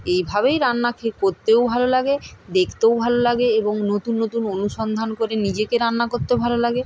এইভাবেই রান্না করতেও ভালো লাগে দেখতেও ভাল লাগে এবং নতুন নতুন অনুসন্ধান করে নিজেকে রান্না করতে ভালো লাগে